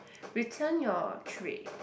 return your tray